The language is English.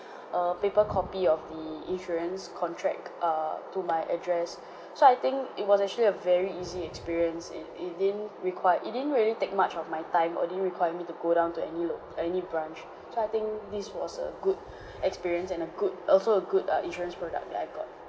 a paper copy of the insurance contract err to my address so I think it was actually a very easy experience it it didn't require it didn't really take much of my time or didn't require me to go down to any lo~ any branch so I think this was a good experience and a good also a good uh insurance product that I got